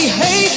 hey